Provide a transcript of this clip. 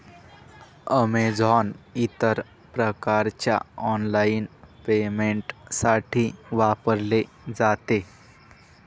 Amazon इतर प्रकारच्या online पेमेंटसाठी वापरले जाते